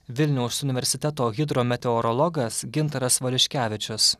vilniaus universiteto hidrometeorologas gintaras valiuškevičius